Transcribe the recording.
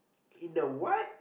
in a what